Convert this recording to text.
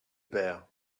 père